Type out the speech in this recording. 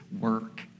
work